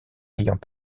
ayant